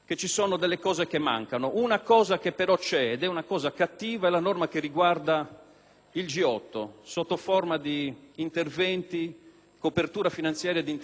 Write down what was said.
il G8 sottoforma di copertura finanziaria di interventi sulla protezione civile. Dopo 34 anni una base militare di sommergibili nucleari